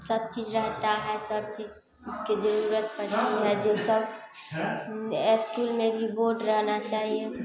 सब चीज़ रहता है सब चीज़ की ज़रूरत पड़ती है जो सब एस्कुल में भी बोर्ड रहना चाहिए